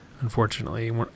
unfortunately